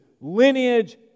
lineage